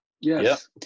yes